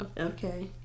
Okay